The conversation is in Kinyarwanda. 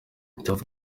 tuff